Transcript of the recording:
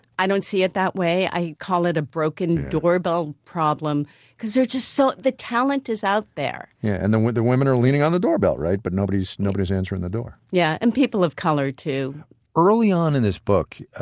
i don't see it that way. i call it a broken doorbell problem because there's just so the talent is out there yeah and the the women are leaning on the doorbell right? but nobody's nobody's answering the door yeah. and people of color, too early on in this book,